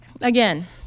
again